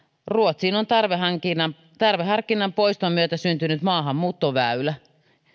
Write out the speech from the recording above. ruotsiin on tarveharkinnan tarveharkinnan poiston myötä syntynyt maahanmuuttoväylä